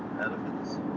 elephants